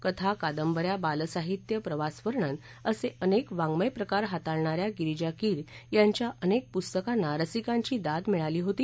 कथा कादबंऱ्या बालसाहित्य प्रवासवर्णन असे अनेक वाडमय प्रकार हाताळणाऱ्या गिरिजा कीर यांच्या अनेक पुस्तकांना रसिकांची दाद मिळाली होती